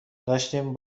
داشتین